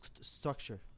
structure